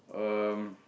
um